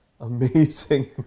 Amazing